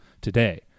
today